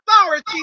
authority